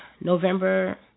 November